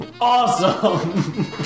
Awesome